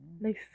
nice